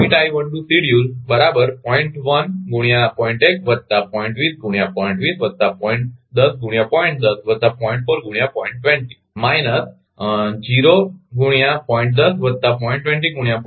1 લીધું છે તેથી ગુણ્યા 0